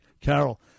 Carol